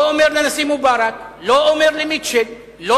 לא אומר לנשיא מובארק,